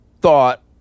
thought